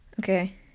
Okay